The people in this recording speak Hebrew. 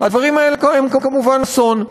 הדברים האלה הם כמובן אסון.